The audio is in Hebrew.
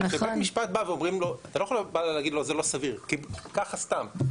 כשבית משפט בא ואומרים לו אתה לא יכול להגיד לו זה לא סביר כי ככה סתם,